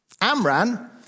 Amran